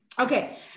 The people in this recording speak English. Okay